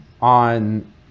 on